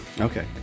Okay